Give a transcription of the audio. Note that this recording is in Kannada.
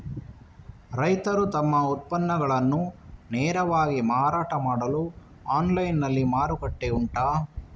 ರೈತರು ತಮ್ಮ ಉತ್ಪನ್ನಗಳನ್ನು ನೇರವಾಗಿ ಮಾರಾಟ ಮಾಡಲು ಆನ್ಲೈನ್ ನಲ್ಲಿ ಮಾರುಕಟ್ಟೆ ಉಂಟಾ?